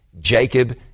jacob